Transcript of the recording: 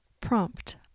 Prompt